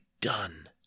done